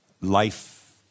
life